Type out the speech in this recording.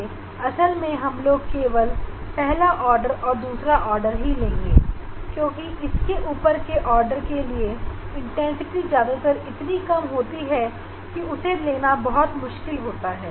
इस तरह से हम यहां पर सिर्फ पहले और दूसरे ऑर्डर के लिए जानकारी को लिखेंगे और इसके बाद के आर्डर को छोड़ देंगे क्योंकि इनकी तीव्रता बहुत ही घट जाती है जिसकी वजह से इन्हें देखना और इनकी जानकारी लेना बहुत ही कठिन हो जाता है